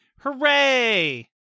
Hooray